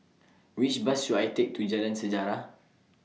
Which Bus should I Take to Jalan Sejarah